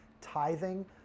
tithing